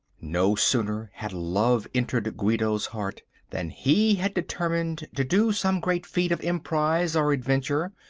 no sooner had love entered guido's heart than he had determined to do some great feat of emprise or adventure,